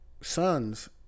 sons